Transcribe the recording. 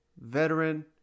veteran